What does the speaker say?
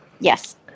Yes